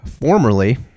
formerly